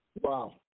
Wow